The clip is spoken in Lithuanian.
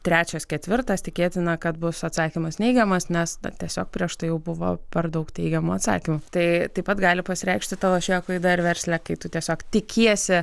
trečias ketvirtas tikėtina kad bus atsakymas neigiamas nes tiesiog prieš tai jau buvo per daug teigiamų atsakymų tai taip pat gali pasireikšti ta lošėjo klaida ir versle kai tu tiesiog tikiesi